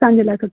असांजे लाइ त